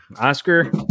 Oscar